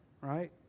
right